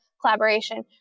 collaboration